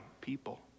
people